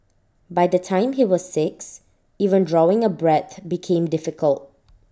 by the time he was six even drawing A breath became difficult